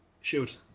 shoot